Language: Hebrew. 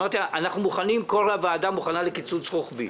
אמרתי: כל הוועדה מוכנה לקיצוץ רוחבי